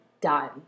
done